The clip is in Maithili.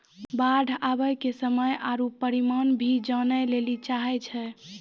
बाढ़ आवे के समय आरु परिमाण भी जाने लेली चाहेय छैय?